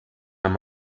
wenn